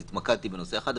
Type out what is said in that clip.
אז התמקדתי בנושא אחד,